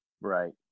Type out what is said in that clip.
Right